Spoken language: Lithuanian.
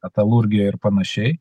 metalurgijoje ir panašiai